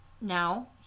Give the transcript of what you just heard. Now